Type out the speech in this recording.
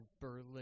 berlin